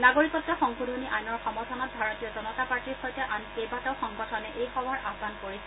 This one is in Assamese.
নাগৰিকত্ব সংশোধনী আইনৰ সমৰ্থনত ভাৰতীয় জনতা পাৰ্টীৰ সৈতে আন কেইবাটাও সংগঠনে এই সভাৰ আহ্মন কৰিছিল